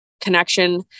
connection